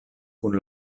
kun